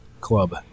club